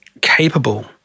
capable